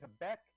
Quebec